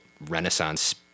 renaissance